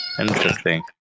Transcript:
interesting